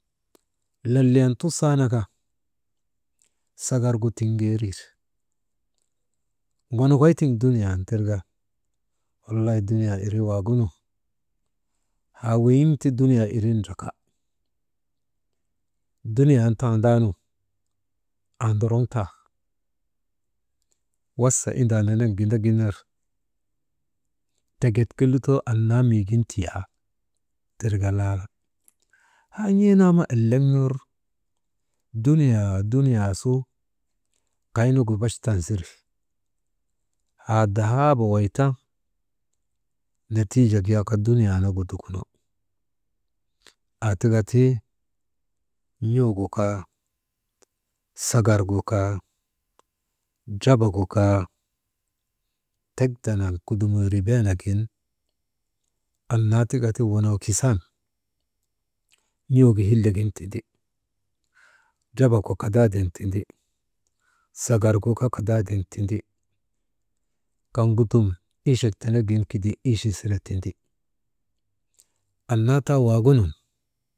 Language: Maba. Laliyan tusanaka sagargu tiŋgeeriri, ŋonokoy tiŋ duniyan tirka, walay duniyaa irii wagunu, haa weyiŋ ti duniyaa irin ndraka, duniyan tandaanu, aandoroŋ tan wasa indaa nene gindigin ner tek ke lutoo annaa miigin tiyaa, tirka laala haa n̰ee nama eleŋ ner dunuyaa, dunuyaa su kaynugu bachtan ziri, haadahaaba weyta netiijek yak dunuyaanagu dukuno, aa tikati n̰uugu kaa sagargu kaa drabagu kaa, tek danaŋ kudumeeri beenagin annaa tika ti wonokisan n̰uugu hillegin tindi, drabagu kadaadin tindi, sagargu kaa kadadin tindi, kaŋgu dum ichek tenegin kidii iche sire tindi, annaa taa waagunun.